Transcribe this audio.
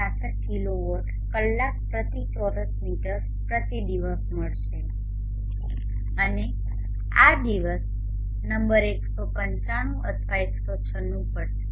5866 kilowatt કલાક પ્રતિ ચોરસ મીટર પ્રતિ દિવસ મળશે અને આ દિવસ નંબર 195 અથવા 196 પર છે